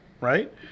right